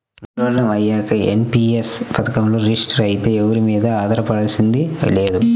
ముసలోళ్ళం అయ్యాక ఎన్.పి.యస్ పథకంలో రిజిస్టర్ అయితే ఎవరి మీదా ఆధారపడాల్సింది లేదు